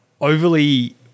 overly